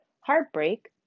heartbreak